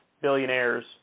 billionaires